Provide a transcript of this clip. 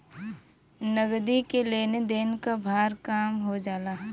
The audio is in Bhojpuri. नगदी के लेन देन क भार कम हो जाला